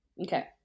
Okay